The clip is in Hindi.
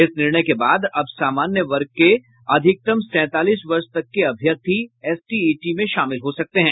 इस निर्णय के बाद अब सामान्य वर्ग के अधिकतम सैंतालीस वर्ष तक के अभ्यर्थी एसटीईटी में शामिल हो सकते हैं